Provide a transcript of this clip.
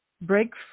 Break